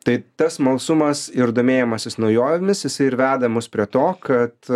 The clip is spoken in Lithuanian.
tai tas smalsumas ir domėjimasis naujovėmis jisai ir veda mus prie to kad